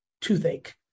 toothache